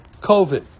COVID